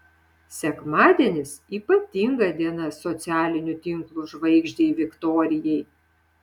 sekmadienis ypatinga diena socialinių tinklų žvaigždei viktorijai